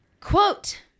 Quote